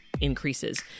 increases